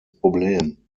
problem